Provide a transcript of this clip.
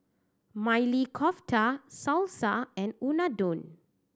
Maili Kofta Salsa and Unadon